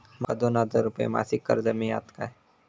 माका दोन हजार रुपये मासिक कर्ज मिळात काय?